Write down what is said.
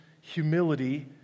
humility